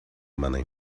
money